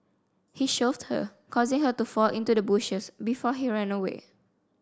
he shoved her causing her to fall into the bushes before he ran away